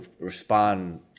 respond